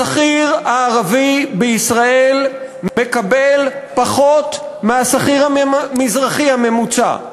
השכיר הערבי בישראל מקבל פחות מהשכיר המזרחי הממוצע,